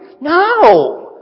No